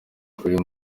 kuri